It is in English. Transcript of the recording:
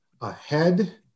ahead